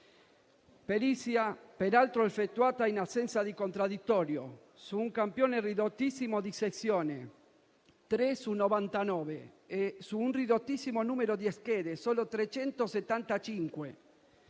perizia è peraltro stata effettuata in assenza di contraddittorio, su un campione ridottissimo di sezioni (3 su 99) e su un ridottissimo numero di schede (solo 375),